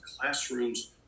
classrooms